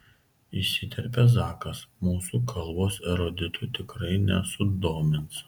įsiterpia zakas mūsų kalbos eruditų tikrai nesudomins